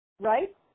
Right